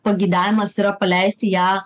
pageidavimas yra paleisti ją